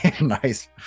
nice